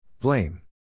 Blame